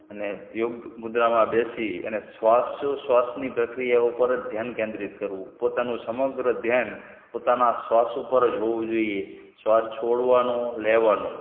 અને યોગમુદ્રામાં બેસી અને શ્વાસ ઉચ્છવાસની પ્રકિયા ઉપર જ ધ્યાન કેન્દ્રિત કરવું પોતાનું સમગ્ર ધ્યાન પોતાના શ્વાસ ઉપર જ હોવું જોઈએ શ્વાસ છોડવાનો લેવાનો